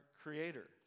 creator